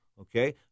okay